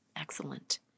excellent